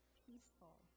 peaceful